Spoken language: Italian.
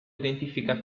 identifica